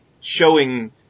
showing